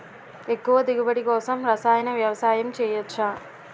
ఎక్కువ దిగుబడి కోసం రసాయన వ్యవసాయం చేయచ్చ?